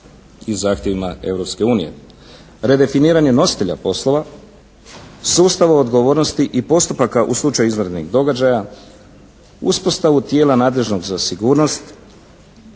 i zahtjevima Europske unije. Redefiniranje nositelja poslova, sustav odgovornosti i postupaka u slučaju izvanrednih događaja, uspostavu tijela nadležnog za sigurnost,